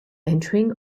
entering